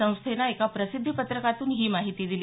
संस्थेनं एका प्रसिद्धीपत्रकातून ही माहिती दिली